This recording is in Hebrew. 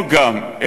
לא גם,